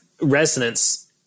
resonance